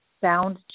sound